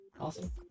Awesome